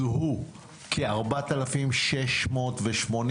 זוהו כ-4,680,